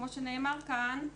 כפי שנאמר כאן,